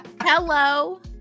hello